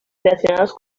relacionados